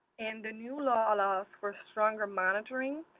and the new law allows for stronger monitoring.